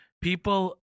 people